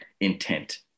intent